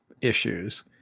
issues